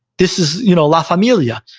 this is you know la familia,